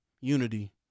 Unity